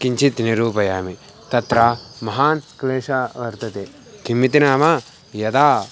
किञ्चित् निरूपयामि तत्र महान् क्लेशः वर्तते किम् इति नाम यदा